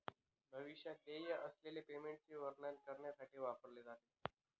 भविष्यात देय असलेल्या पेमेंटचे वर्णन करण्यासाठी वापरले जाते